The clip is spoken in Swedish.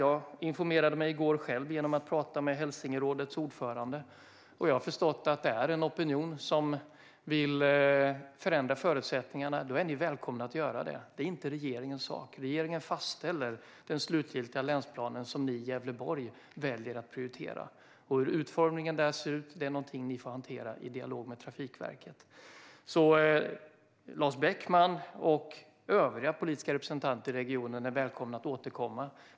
Jag informerade mig själv i går genom att tala med Hälsingerådets ordförande och har förstått att det finns en opinion som vill förändra förutsättningarna. Ni är välkomna att göra det. Det är inte regeringens sak. Regeringen fastställer den slutgiltiga länsplan som ni i Gävleborg väljer att prioritera. Hur utformningen av den ser ut är något som ni får hantera i dialog med Trafikverket. Lars Beckman och övriga politiska representanter i regionen är välkomna att återkomma.